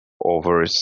over